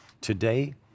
Today